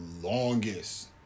longest